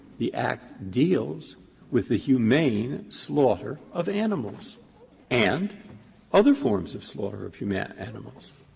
the act deals with the humane slaughter of animals and other forms of slaughter of humane of animals.